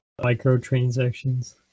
microtransactions